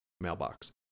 mailbox